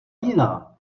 jiná